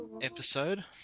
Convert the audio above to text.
episode